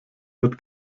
wird